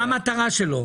מה המטרה שלו?